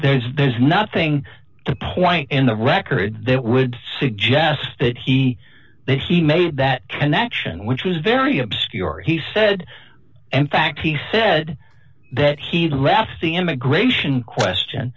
there's there's nothing to point in the record that would suggest that he that he made that connection which was very obscure he said and fact he said that he's left the immigration question